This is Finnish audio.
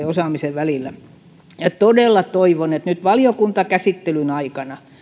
osaamisen välillä todella toivon että nyt valiokuntakäsittelyn aikana